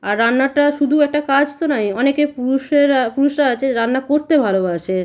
আর রান্নাটা শুধু একটা কাজ তো নয় অনেকে পুরুষেরা পুরুষরা আছে রান্না করতে ভালোবাসে